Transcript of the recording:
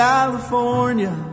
California